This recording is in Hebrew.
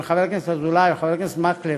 שהעלו חבר הכנסת אזולאי וחבר הכנסת מקלב: